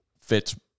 fits